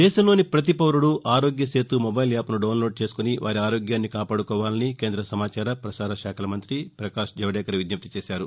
దేశంలోని పతి పౌరుడూ ఆరోగ్య సేతు మొబైల్ యాప్ను డౌన్లోడ్ చేసుకుని వారి ఆరోగ్యాన్ని కాపాడుకోవాలని కేంద సమాచార ప్రసారశాఖ మంతి ప్రకాష్ జవదేకర్ విజ్జప్తిచేశారు